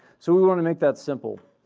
so we're going to make that simple.